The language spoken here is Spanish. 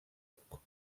poco